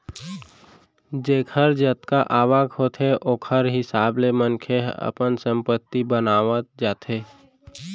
जेखर जतका आवक होथे ओखर हिसाब ले मनखे ह अपन संपत्ति बनावत जाथे